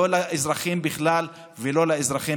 לא לאזרחים בכלל ולא לאזרחים